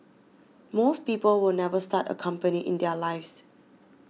most people will never start a company in their lives